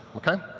okay?